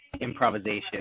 improvisation